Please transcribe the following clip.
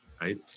right